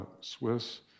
Swiss